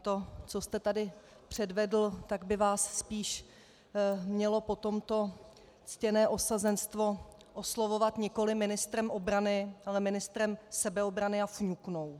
To, co jste tady předvedl, tak by vás spíš mělo po tomto ctěné osazenstvo oslovovat nikoli ministrem obrany, ale ministrem sebeobrany a fňuknou.